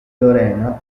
lorena